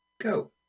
go